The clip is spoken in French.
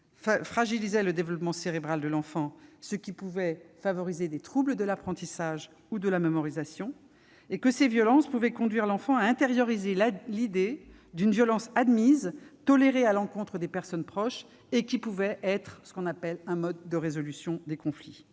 fragilise le développement cérébral de l'enfant, ce qui peut favoriser des troubles de l'apprentissage ou de la mémorisation, et que les violences peuvent conduire l'enfant à intérioriser l'idée d'une violence admise, tolérée à l'encontre des personnes proches, susceptible de constituer un mode de résolution des conflits.